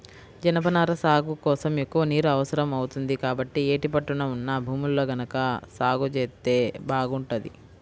జనపనార సాగు కోసం ఎక్కువ నీరు అవసరం అవుతుంది, కాబట్టి యేటి పట్టున ఉన్న భూముల్లో గనక సాగు జేత్తే బాగుంటది